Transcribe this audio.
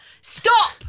Stop